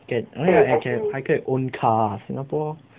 can anyway I can 还可以 own car singapore